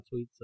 tweets